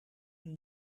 een